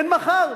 אין מחר.